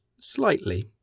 slightly